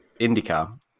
IndyCar